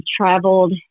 traveled